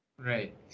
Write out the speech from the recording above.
Right